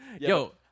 Yo